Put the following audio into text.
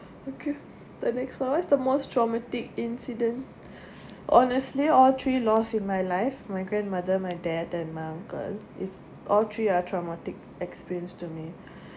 okay the next [one] what's the most traumatic incident honestly all three loss in my life my grandmother my dad and my uncle is all three are traumatic experience to me